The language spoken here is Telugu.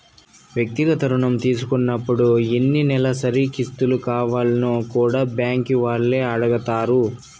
వ్యక్తిగత రుణం తీసుకున్నపుడు ఎన్ని నెలసరి కిస్తులు కావాల్నో కూడా బ్యాంకీ వాల్లే అడగతారు